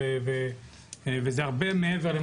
וזה הרבה מעבר,